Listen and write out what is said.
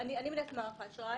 קודם כל, אני מנהלת מערך האשראי.